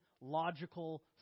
logical